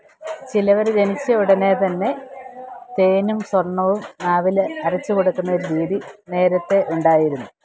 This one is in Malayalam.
ചിലവർ ജനിച്ച ഉടനെതന്നെ തേനും സ്വര്ണ്ണവും നാവിൽ അരച്ചു കൊടുക്കുന്നൊരു രീതി നേരത്തെ ഉണ്ടായിരുന്നു